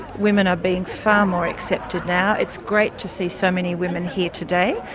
women are being far more accepted now. it's great to see so many women here today.